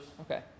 Okay